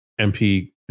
mp